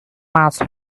must